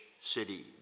city